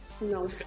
No